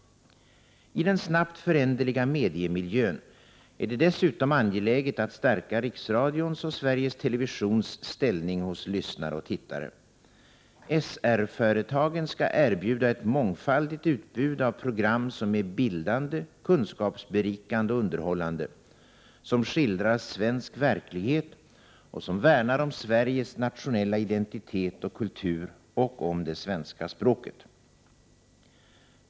I den snabbt föränderliga mediemiljön är det dessutom angeläget att stärka riksradions och Sveriges Televisions ställning hos lyssnare och tittare. SR-företagen skall erbjuda ett mångfaldigt utbud av program som är bildande, kunskapsberikande och underhållande, som skildrar svensk verklighet och som värnar om Sveriges nationella identitet och kultur och om det svenska språket.